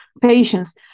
patients